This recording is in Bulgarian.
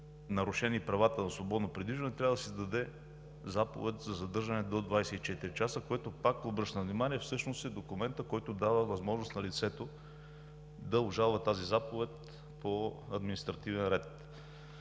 нарушени правата за свободно придвижване, трябва да се издаде заповед за задържане до 24 часа. Обръщам внимание, че това всъщност е документът, който дава възможност на лицето да обжалва тази заповед по административен ред.